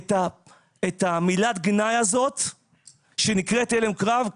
את מילת הגנאי הזאת שנקראת הלם קרב,